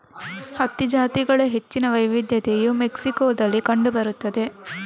ಹತ್ತಿ ಜಾತಿಗಳ ಹೆಚ್ಚಿನ ವೈವಿಧ್ಯತೆಯು ಮೆಕ್ಸಿಕೋದಲ್ಲಿ ಕಂಡು ಬರುತ್ತದೆ